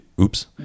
oops